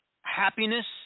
happiness